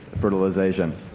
fertilization